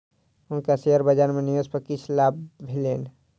हुनका शेयर बजार में निवेश पर किछ लाभ भेलैन